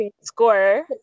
score